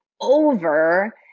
over